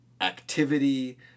activity